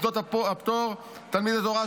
במוסדות הפטור תלמידי תורה,